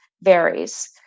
varies